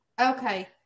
okay